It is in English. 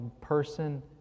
person